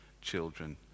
children